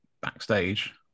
backstage